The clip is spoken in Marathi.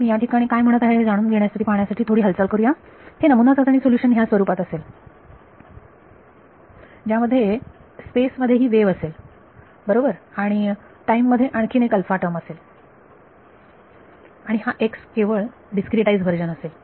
मी या ठिकाणी काय म्हणत आहे हे जाणून घेण्यासाठी पाहण्यासाठी थोडी हालचाल करूया हे नमुना चाचणी सोल्युशन ह्या स्वरुपात असेल ज्यामध्ये स्पेस मध्ये ही वेव्ह असेल बरोबर आणि टाईम मध्ये आणखीन एक अल्फा टर्म असेल आणि हा x केवळ डीस्क्रीटाईझ व्हर्जन असेल